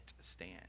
stand